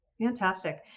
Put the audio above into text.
Fantastic